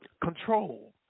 Control